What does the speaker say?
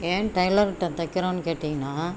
ஏன் டெய்லர்கிட்ட தைக்கிறோன்னு கேட்டீங்கன்னால்